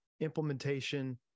implementation